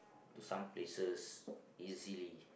to some places easily